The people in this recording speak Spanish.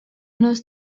nos